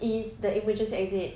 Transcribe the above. is the emergency exit